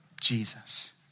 Jesus